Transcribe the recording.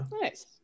Nice